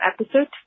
episode